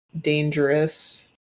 dangerous